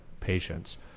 patients